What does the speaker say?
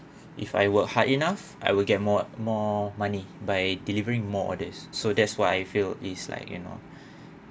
if I work hard enough I will get more more money by delivering more orders so that's what I feel is like you know